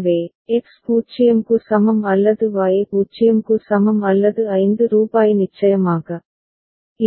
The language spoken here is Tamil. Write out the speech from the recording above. எனவே எக்ஸ் 0 க்கு சமம் அல்லது Y 0 க்கு சமம் அல்லது 5 ரூபாய் நிச்சயமாக